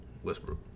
Westbrook